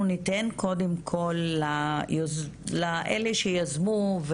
אנחנו ניתן קודם כל לאלה שיזמו,